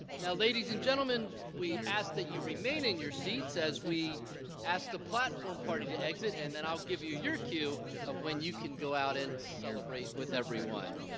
now, ladies and gentlemen, we ask that you remain in your seats as we ask the platform party to exit and then i'll give you your cue of when you can go out and celebrate with everyone.